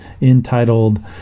entitled